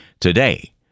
today